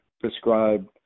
prescribed